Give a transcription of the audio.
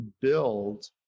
build